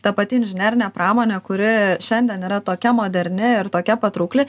ta pati inžinerinė pramonė kuri šiandien yra tokia moderni ir tokia patraukli